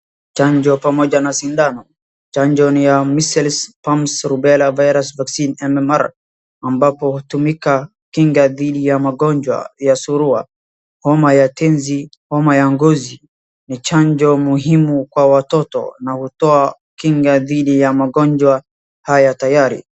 Chanjo pamoja na sindano. chanjo ni ya measles, mumps, rubela virus vaccine MMR ambapo hutumika kinga dhidi ya magonjwa ya surua, homa ya tenzi, homa ya ngozi. Ni chanjo muhimu kwa watoto na hutoa kinga dhidi ya magonjwa haya hatari.